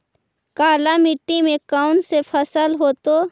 काला मिट्टी में कौन से फसल होतै?